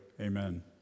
amen